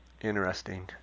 interesting